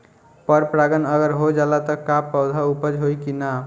पर परागण अगर हो जाला त का पौधा उपज होई की ना?